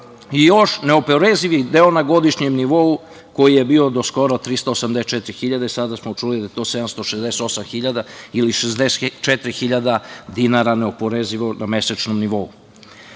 i još neoporezivi deo na godišnjem nivou koji je bio do skoro 384 hiljade, a sada smo čuli da je to 768 hiljada ili 64 hiljade dinara neoporezivo na mesečnom nivou. Da